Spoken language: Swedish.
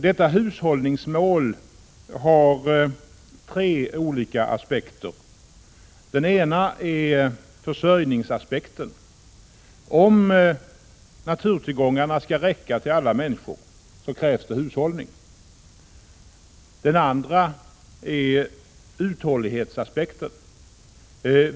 Detta hushållningsmål har tre olika aspekter. Den ena är försörjningsaspekten. Om naturtillgångarna skall räcka till alla människor krävs det hushållning. Den andra aspekten är uthållighetsaspekten.